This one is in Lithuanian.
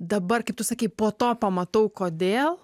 dabar kaip tu sakei po to pamatau kodėl